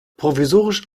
provisorisch